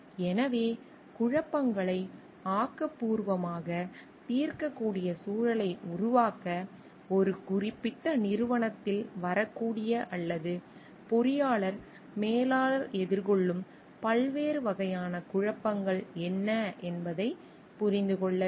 எனவே குழப்பங்களை ஆக்கப்பூர்வமாகத் தீர்க்கக்கூடிய சூழலை உருவாக்க ஒரு குறிப்பிட்ட நிறுவனத்தில் வரக்கூடிய அல்லது பொறியாளர் மேலாளர் எதிர்கொள்ளும் பல்வேறு வகையான குழப்பங்கள் என்ன என்பதைப் புரிந்து கொள்ள வேண்டும்